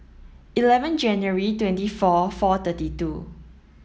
eleven January twenty four four thirty two